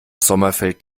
sommerfeld